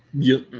yup.